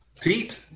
Pete